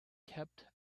kept